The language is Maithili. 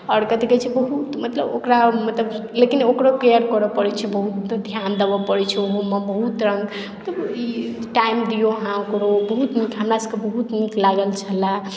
आओर कथी कहै छै बहुत मतलब ओकरा मतलब लेकिन ओकरो केयर करऽ पड़ै छै बहुत ध्यान देबऽ पड़ै छै ओहोमे बहुत तरहकेँ तऽ ई टाइम दियौ अहाँ ओकरो हमरा सभकेँ बहुत नीक लागल छलए